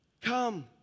Come